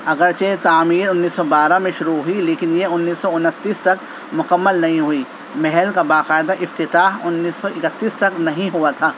اگر چہ تعمیر انیس سو بارہ میں شروع ہوئی لیکن یہ انیس سو انتیس تک مکمل نہیں ہوئی محل کا باقاعدہ افتتاح انیس سو اکتیس تک نہیں ہوا تھا